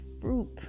fruit